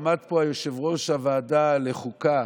עמד פה יושב-ראש ועדת החוקה